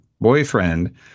boyfriend